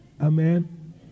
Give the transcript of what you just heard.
Amen